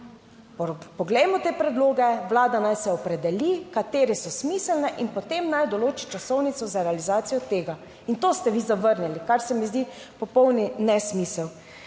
poglejmo te predloge, Vlada naj se opredeli katere so smiselne in potem naj določi časovnico za realizacijo tega. In to ste vi zavrnili, kar se mi zdi popoln nesmisel.